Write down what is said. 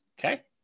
Okay